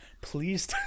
Please